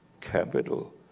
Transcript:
capital